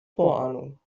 vorahnung